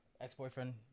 Ex-boyfriend